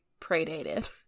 predated